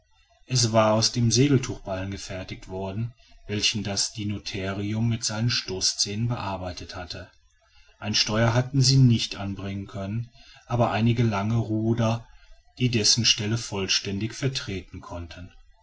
es war aus dem segeltuchballen gefertigt worden welchen das dinotherium mit seinen stoßzähnen bearbeitet hatte ein steuer hatten sie nicht anbringen können aber einige lange ruder die dessen stelle vollständig vertreten konnten